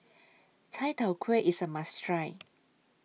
Chai Tow Kuay IS A must Try